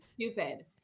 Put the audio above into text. stupid